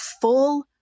full